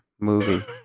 movie